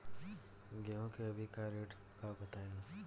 गेहूं के अभी का रेट बा बताई?